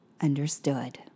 Understood